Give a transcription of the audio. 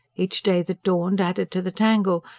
each day that dawned added to the tangle,